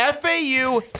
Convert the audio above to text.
FAU